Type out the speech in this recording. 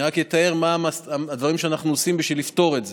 אני רק אתאר מה הדברים שאנחנו עושים בשביל לפתור את זה.